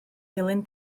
dilyn